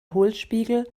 hohlspiegel